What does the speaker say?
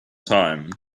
time